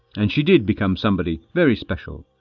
and she did become somebody very special,